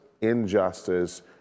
injustice